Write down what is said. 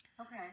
Okay